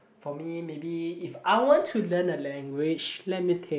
for me maybe if I want to learn a language let me think